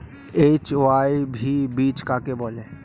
HYV বীজ কাকে বলে?